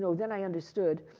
so then i understood,